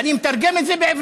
ואני מתרגם את זה לעברית.